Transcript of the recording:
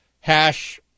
hash